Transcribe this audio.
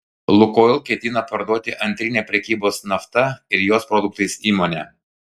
lukoil ketina parduoti antrinę prekybos nafta ir jos produktais įmonę